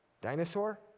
dinosaur